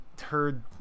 heard